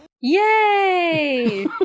Yay